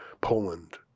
Poland